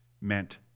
meant